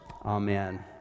Amen